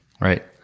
Right